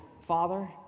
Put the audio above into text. Father